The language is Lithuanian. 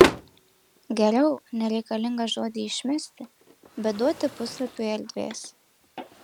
geriau nereikalingą žodį išmesti bet duoti puslapiui erdvės